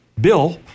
Bill